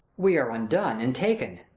we are undone, and taken.